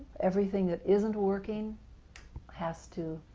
everything that isn't working has to